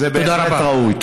זה בהחלט ראוי.